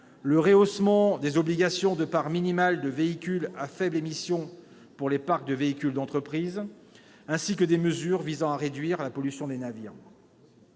le rehaussement de la part minimale de véhicules à faibles émissions dans les flottes de véhicules d'entreprise, ainsi que des mesures visant à réduire la pollution des navires.